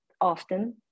often